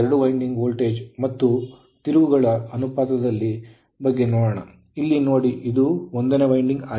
ಈಗ ಎರಡು winding voltage ಮತ್ತು ತಿರುವುಗಳ ಅನುಪಾತದ ಬಗ್ಗೆ ನೋಡೋಣ ಇಲ್ಲಿ ನೋಡಿ ಇದು 1 ನೇ ವೈಂಡಿಂಗ್ ಆಗಿದೆ